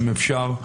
אם אפשר,